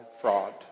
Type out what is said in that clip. fraud